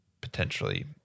potentially